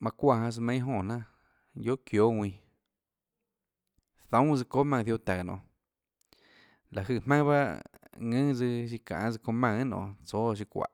manã çuáã janã tsøã meinhâ jonè jnanà guiohà çióâ ðuinã zoúnâ tsøã çóâ maùnã ziohå taùå nonê liáhå jøè jmaønâ bahâ ðùnâ tsøã siã çanês çounã maùnã guiohà nonê tsóâs siã çuáhå.